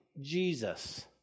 Jesus